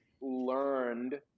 learned